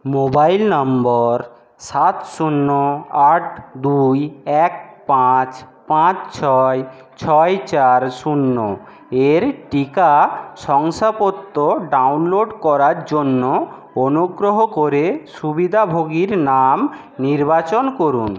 mobile number সাত শূন্য আট দুই এক পাঁচ পাঁচ ছয় ছয় চার শূন্য এর টিকা শংসাপত্র ডাউনলোড করার জন্য অনুগ্রহ করে সুবিধাভোগীর নাম নির্বাচন করুন